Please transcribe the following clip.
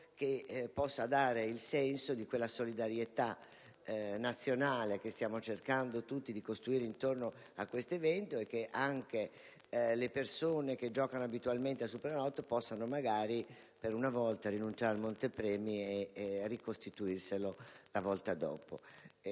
che può dare il senso di quella solidarietà nazionale che stiamo cercando tutti di costruire intorno a tale evento e che magari anche le persone che giocano abitualmente al Superenalotto possano, per una volta, rinunciare al montepremi per ricostituirlo la volta